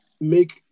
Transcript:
make